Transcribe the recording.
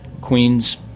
Queens